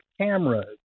cameras